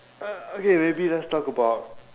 uh okay maybe let's talk about